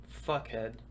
fuckhead